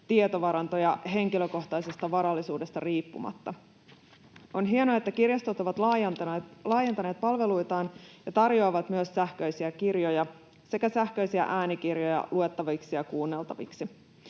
tietovarantoja henkilökohtaisesta varallisuudesta riippumatta. On hienoa, että kirjastot ovat laajentaneet palveluitaan ja tarjoavat myös sähköisiä kirjoja sekä sähköisiä äänikirjoja luettaviksi ja kuunneltaviksi.